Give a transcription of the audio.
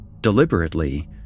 Deliberately